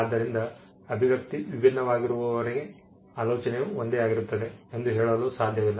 ಆದ್ದರಿಂದ ಅಭಿವ್ಯಕ್ತಿ ವಿಭಿನ್ನವಾಗಿರುವವರೆಗೆ ಆಲೋಚನೆಯು ಒಂದೇ ಆಗಿರುತ್ತದೆ ಎಂದು ಹೇಳಲು ಸಾಧ್ಯವಿಲ್ಲ